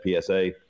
PSA